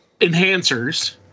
enhancers